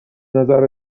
نظر